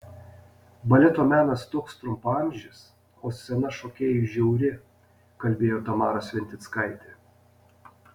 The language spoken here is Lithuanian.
baleto menas toks trumpaamžis o scena šokėjui žiauri kalbėjo tamara sventickaitė